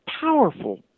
powerful